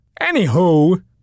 Anywho